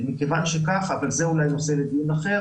ומכיוון שכך אבל זה אולי נושא לדיון אחר